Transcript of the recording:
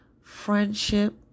friendship